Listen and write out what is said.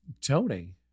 Tony